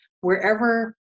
Wherever